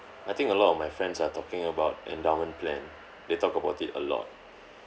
I think a lot of my friends are talking about endowment plan they talk about it a lot